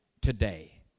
today